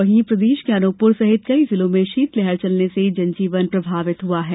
वहीं प्रदेश के अनूपपुर सहित कई जिलों में शीतलहर चलने से जनजीवन प्रभावित हुआ है